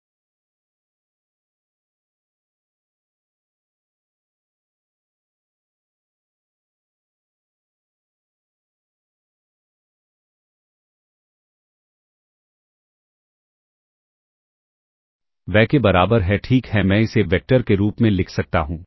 Y k बराबर है ठीक है मैं इसे वेक्टर के रूप में लिख सकता हूं